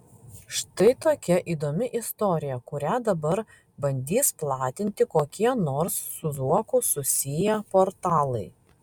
štai tokia įdomi istorija kurią dabar bandys platinti kokie nors su zuoku susiję portalai